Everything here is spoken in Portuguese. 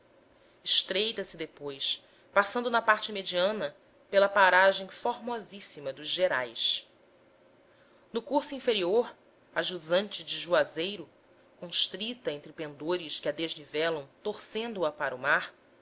florestas estreita se depois passando na parte mediana pela paragem formosíssima dos gerais no curso inferior a jusante de juazeiro constrita entre pendores que a desnivelam torcendo a para o mar